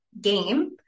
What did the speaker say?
game